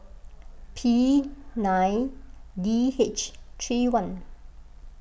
P nine D H three one